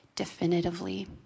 definitively